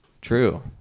True